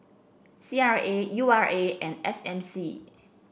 C R A U R A and S M C